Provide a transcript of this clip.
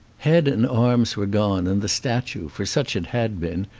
head and arms were gone, and the statue, for such it had been,